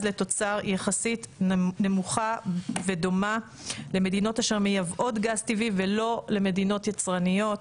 לתוצר יחסית נמוכה ודומה למדינות אשר מייבאות גז טבעי ולא למדינות יצרניות.